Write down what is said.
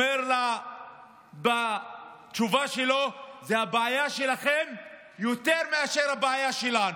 הוא אומר בתשובה שלו: זו הבעיה שלכם יותר מאשר הבעיה שלנו.